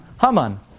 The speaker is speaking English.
Haman